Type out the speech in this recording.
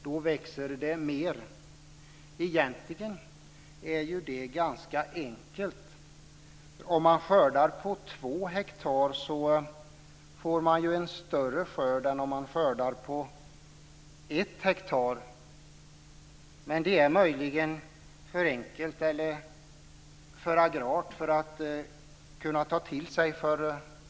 Då växer det mer. Egentligen är det ganska enkelt. Om man skördar på två hektar får man en större skörd än om man skördar på ett hektar. Men det är möjligen för enkelt eller för agrart för många att ta till sig.